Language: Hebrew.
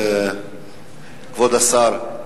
כבוד השר,